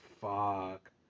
fuck